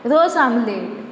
रोस आमलेट